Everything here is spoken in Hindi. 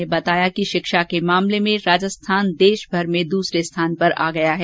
मुख्यमंत्री ने बताया कि शिक्षा के मामले में राजस्थान देशमर में दूसरे स्थान पर आ गया है